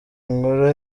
nkuru